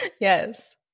Yes